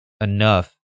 enough